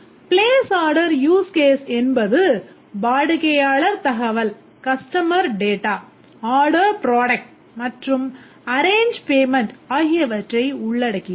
Place order use case என்பது வாடிக்கையாளர் தகவல் மற்றும்arrange payment ஆகியவற்றை உள்ளடக்கியது